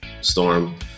storm